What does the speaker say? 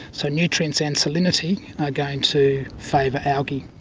so nutrients and salinity are going to favour algae.